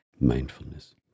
Mindfulness